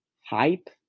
Hype